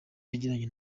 yagiranye